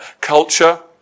culture